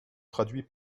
traduit